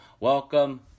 Welcome